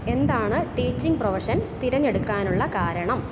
എന്താണ് teaching profession തിരഞ്ഞെടുക്കാനുള്ള കാരണം